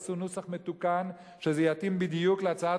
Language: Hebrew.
עשו נוסח מתוקן שזה יתאים בדיוק להצעת